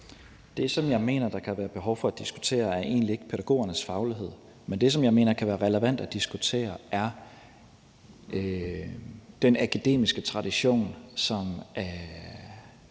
Det, som jeg mener kan være relevant at diskutere, er de akademiske diskussioner,